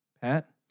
Pat